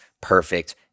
perfect